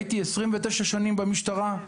הייתי 29 שנים במשטרה.